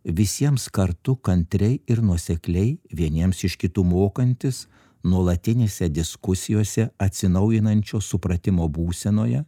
visiems kartu kantriai ir nuosekliai vieniems iš kitų mokantis nuolatinėse diskusijose atsinaujinančio supratimo būsenoje